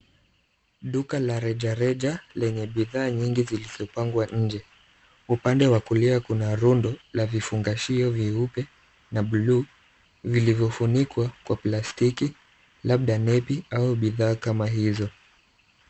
Duka la rejareja lenye bidhaa nyingi zilizopangwa nje. Upande wa kulia kuna rundo la vifungashio vyeupe na blue , vilivyofunikwa kwa plastiki labda nepi au bidhaa kama hizo.